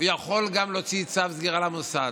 להוציא צו סגירה למוסד.